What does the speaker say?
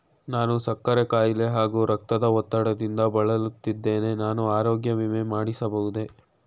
ನಾನು ಸಕ್ಕರೆ ಖಾಯಿಲೆ ಹಾಗೂ ರಕ್ತದ ಒತ್ತಡದಿಂದ ಬಳಲುತ್ತಿದ್ದೇನೆ ನಾನು ಆರೋಗ್ಯ ವಿಮೆ ಮಾಡಿಸಬಹುದೇ?